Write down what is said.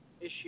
issue